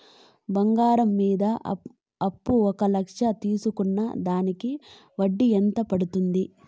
బంగారం మీద అప్పు ఒక లక్ష తీసుకున్న దానికి వడ్డీ ఎంత పడ్తుంది?